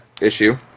issue